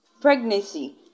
pregnancy